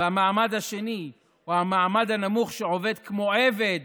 והמעמד השני הוא המעמד הנמוך, שעובד כמו עבד